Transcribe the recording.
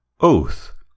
Oath